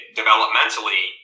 developmentally